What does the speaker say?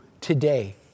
today